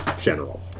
general